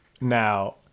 Now